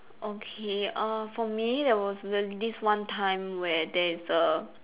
okay uh for me there was w~ this one time where there is a